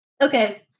Okay